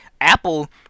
Apple